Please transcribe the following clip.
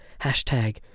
hashtag